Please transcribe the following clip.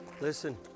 Listen